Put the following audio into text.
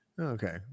Okay